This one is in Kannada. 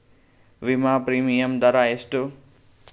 ವಿಮಾ ಪ್ರೀಮಿಯಮ್ ದರಾ ಎಷ್ಟು?